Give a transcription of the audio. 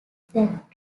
that